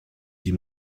die